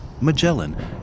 Magellan